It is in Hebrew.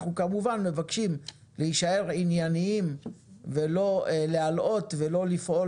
אנחנו כמובן מבקשים להישאר ענייניים ולא להלאות ולא לפעול